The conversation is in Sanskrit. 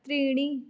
त्रीणि